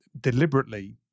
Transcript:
deliberately